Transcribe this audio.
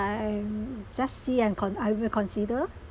I'm just see and con~ I will consider